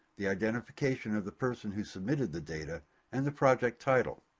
the identification of the person who submitted the data and the project title.